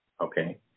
Okay